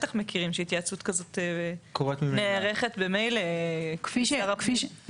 מהשטח מכירים שהתייעצות כזאת נערכת ממילא במשרד הפנים.